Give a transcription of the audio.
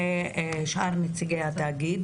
משאר נציגי התאגיד.